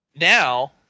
now